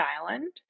Island